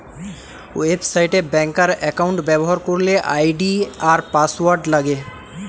website এ ব্যাংকার account ব্যবহার করলে আই.ডি আর পাসওয়ার্ড লাগে